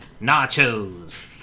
Nachos